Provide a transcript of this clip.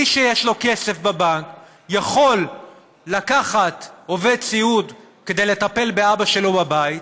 מי שיש לו כסף בבנק יכול לקחת עובד סיעוד כדי לטפל באבא שלו בבית,